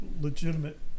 legitimate